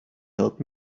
help